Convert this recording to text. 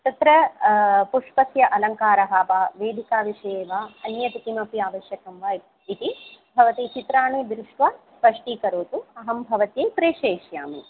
तत्र पुष्पस्य अलङ्कारः वा वेदिकाविषये वा अन्यत् किमपि आवश्यकं वा इति भवती चित्राणि दृष्ट्वा स्पष्टीकरोतु अहं भवत्यै प्रेषयिष्यामि